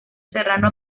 serrano